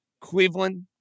Cleveland